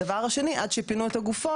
הדבר השני זה עד שפינו את הפגרים